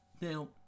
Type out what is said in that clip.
Now